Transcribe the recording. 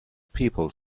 people